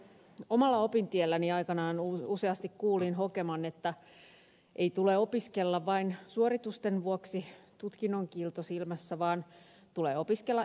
omalla opintielläni aikanaan useasti kuulin hokeman että ei tule opiskella vain suoritusten vuoksi tutkinnon kiilto silmässä vaan tulee opiskella elämää varten